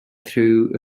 through